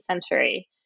century